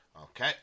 Okay